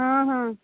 ହଁ ହଁ